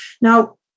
Now